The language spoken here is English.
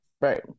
Right